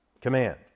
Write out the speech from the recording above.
command